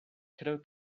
creo